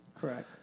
Correct